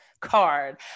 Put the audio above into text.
Card